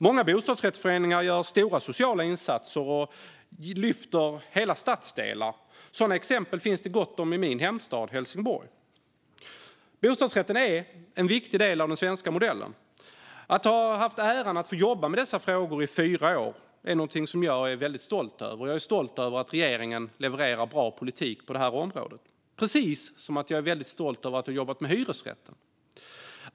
Många bostadsrättsföreningar gör stora sociala insatser och lyfter hela stadsdelar. Sådana exempel finns det gott om i min hemstad Helsingborg. Bostadsrätten är en viktig del av den svenska modellen. Att ha haft äran att få jobba med dessa frågor under fyra år är något jag är väldigt stolt över. Jag är stolt över att regeringen levererar bra politik på det här området, precis som jag också är stolt över att ha jobbat med hyresrätten.